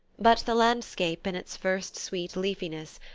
but the landscape, in its first sweet leafiness,